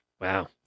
Wow